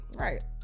Right